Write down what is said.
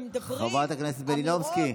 שמדברים אמירות, חברת הכנסת מלינובסקי.